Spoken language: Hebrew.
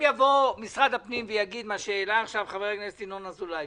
אם יבוא משרד הפנים ויגיד את מה שהעלה עכשיו חבר הכנסת ינון אזולאי.